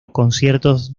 conciertos